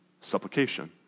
supplication